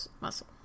muscle